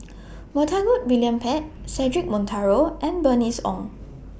Montague William Pett Cedric Monteiro and Bernice Ong